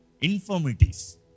infirmities